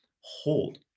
hold